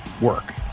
work